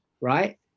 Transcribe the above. right